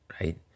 right